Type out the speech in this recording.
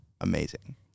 amazing